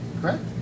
correct